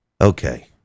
Okay